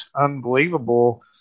unbelievable